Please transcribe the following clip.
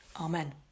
Amen